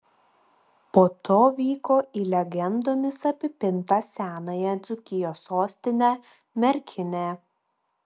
po to vyko į legendomis apipintą senąją dzūkijos sostinę merkinę